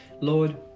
lord